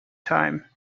time